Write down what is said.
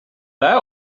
that